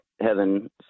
heaven